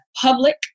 public